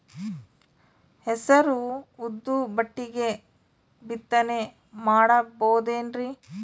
ಹೆಸರು ಉದ್ದು ಒಟ್ಟಿಗೆ ಬಿತ್ತನೆ ಮಾಡಬೋದೇನ್ರಿ?